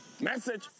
Message